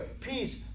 peace